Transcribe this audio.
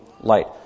light